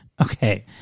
Okay